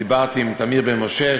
דיברתי עם תמיר בן משה,